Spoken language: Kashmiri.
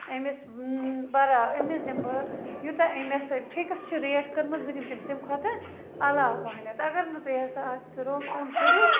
أمِس بَرا أمِس دِم بہٕ یوٗتاہ أمۍ مےٚ سۭتۍ فِکٕس چھِ ریٹ کٔرمٕژ بہٕ دِم تٔمِس تَمۍ کھۄتہٕ علاوٕ پَہنٮ۪تھ اَگَر نہٕ تُہۍ ہسا اَتھ روک تھام کٔرِو